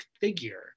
figure